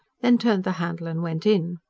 then turned the handle and went in.